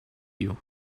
you